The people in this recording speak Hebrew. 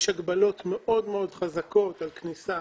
יש הגבלות מאוד מאוד חזקות על כניסה